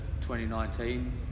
2019